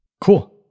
Cool